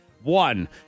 one